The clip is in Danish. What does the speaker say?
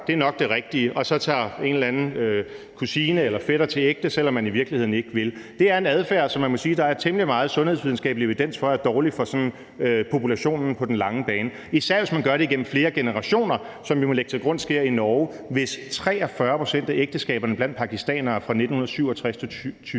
gør, er nok det rigtige. Og så tager man en eller anden kusine eller fætter til ægte, selv om man i virkeligheden ikke vil. Det er en adfærd, som man må sige der er temmelig meget sundhedsvidenskabelig evidens for er dårlig for populationen på den lange bane, især hvis man gør det igennem flere generationer, som vi må lægge til grund det sker i Norge, hvor 43 pct. af ægteskaberne blandt pakistanere fra 1967 til 2010